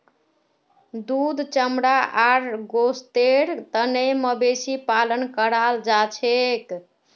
दूध चमड़ा आर गोस्तेर तने मवेशी पालन कराल जाछेक